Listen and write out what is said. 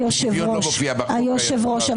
היושב-ראש,